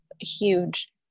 huge